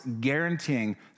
guaranteeing